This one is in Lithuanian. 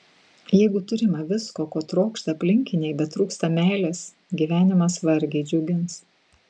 jeigu turima visko ko trokšta aplinkiniai bet trūksta meilės gyvenimas vargiai džiugins